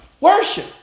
worship